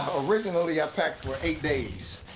originally, i packed for eight days.